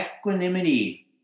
Equanimity